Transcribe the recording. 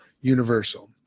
universal